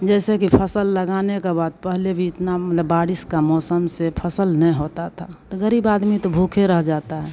जैसे कि फसल लगाने के बाद पहले भी इतना मतलब बारिश के मौसम से फसल नहीं होती थी तो गहरीब आदमी तो भूखे रह जाते हैं